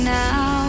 now